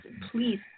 please